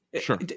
Sure